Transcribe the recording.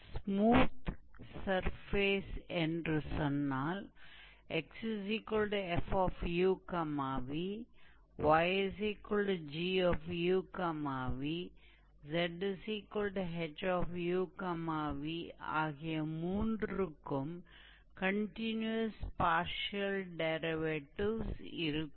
smooth surface என்று சொன்னால் 𝑥𝑓𝑢𝑣 𝑦𝑔𝑢𝑣 𝑧ℎ𝑢𝑣 ஆகிய மூன்றுக்கும் கன்டினுயஸ் பார்ஷியல் டெரிவேடிவ்ஸ் இருக்கும்